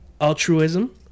Altruism